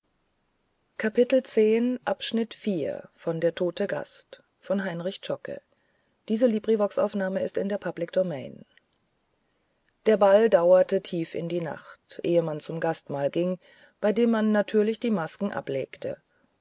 der gezwungenen ungelenken haltung an der ball dauerte tief in die nacht ehe man zum gastmahl ging bei dem man natürlich die masken ablegte